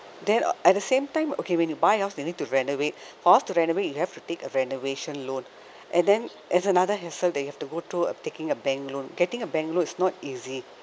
then uh at the same time okay when you buy house they need to renovate for us to renovate you have to take a renovation loan and then it's another hassle they have to go through uh taking a bank loan getting a bank loan is not easy